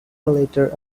later